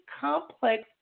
complex